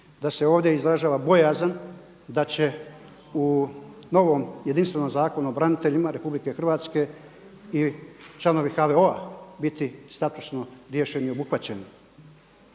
da se ovdje izražava bojazan da će u novom jedinstvenom Zakonu o braniteljima Republike Hrvatske i članovi HVO-a biti statusno riješeni i obuhvaćeni.